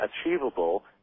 achievable